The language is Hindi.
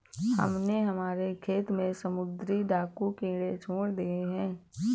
हमने हमारे खेत में समुद्री डाकू कीड़े छोड़ दिए हैं